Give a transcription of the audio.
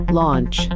launch